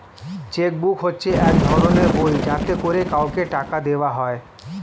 check book হচ্ছে এক ধরনের বই যাতে করে কাউকে টাকা দেওয়া হয়